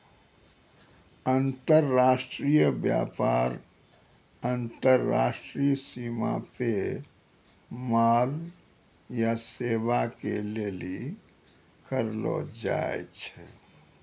अन्तर्राष्ट्रिय व्यापार अन्तर्राष्ट्रिय सीमा पे माल या सेबा के लेली करलो जाय छै